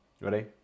Ready